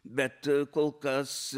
bet kol kas